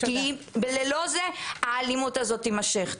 ללא זה האלימות הזו תימשך.